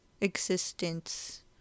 existence